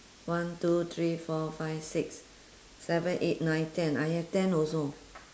one two three four five six seven eight nine ten I have ten also